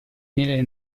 nelle